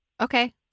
Okay